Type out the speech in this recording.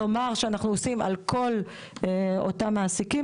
לומר שאנחנו עושים על כל אותם מעסיקים?